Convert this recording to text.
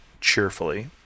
cheerfully